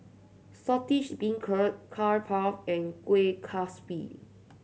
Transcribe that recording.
Saltish Beancurd Curry Puff and Kueh Kaswi